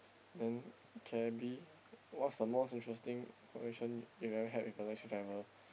then cabby what's the most interesting conversation you have ever had with a taxi driver